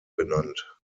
benannt